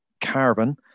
carbon